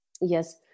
yes